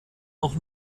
noch